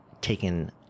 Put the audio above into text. taken